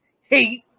hate